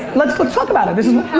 let's let's talk about it. listen,